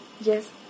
Yes